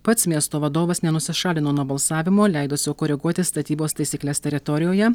pats miesto vadovas nenusišalino nuo balsavimo leidusio koreguoti statybos taisykles teritorijoje